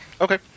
Okay